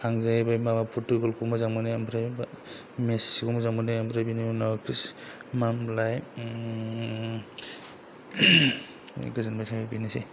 आं जाहैबाय माबा परटुगल खौ मोजां मोनो ओमफ्राय मेसि खौ मोजां मोनो बेनि उनाव मामोनलाय गोजोननाय थाबाय बेनोसै